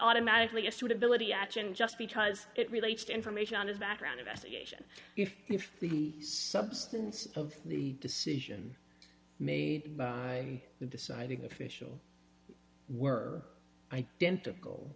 automatically a suitability action just because it relates to information on his background investigation if the substance of the decision made by the deciding official were identical